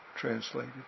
translated